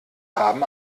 haben